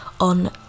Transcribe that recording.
on